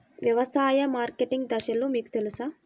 వ్యవసాయ మార్కెటింగ్ దశలు మీకు తెలుసా?